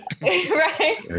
right